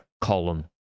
column